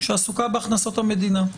שעסוקה בהכנסות המדינה.